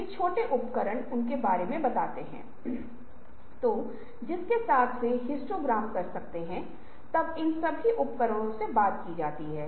आप सोच इनाम के बारे में बात की है हमें बताएं कि इनाम यहाँ पर एक हड्डी है लेकिन आप अन्य चीजों के बारे में भी बात कर सकते हैं